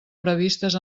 previstes